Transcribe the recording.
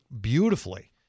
beautifully